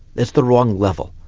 that's the wrong level.